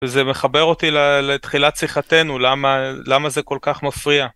וזה מחבר אותי לתחילת שיחתנו, למה זה כל כך מפריע.